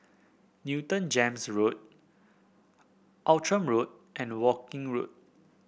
Newton Gems Road Outram Road and Woking Road